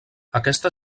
aquesta